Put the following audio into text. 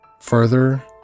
further